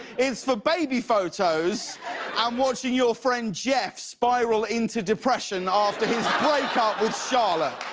it's for baby photos um watching your friend jeff spiral into depression after his breakup with charlotte.